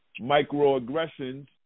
microaggressions